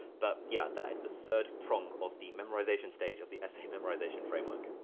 but yeah, that is the third prong of the memorization stage of the essay memorization framework.